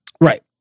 Right